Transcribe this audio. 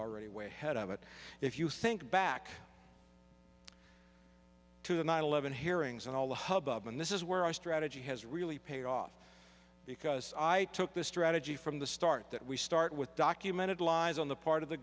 already way ahead of it if you think back to the nine eleven hearings and all the hubbub and this is where our strategy has really paid off because i took the strategy from the start that we start with documented lies on the part of the